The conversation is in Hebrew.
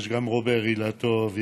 רוברט אילטוב,